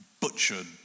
butchered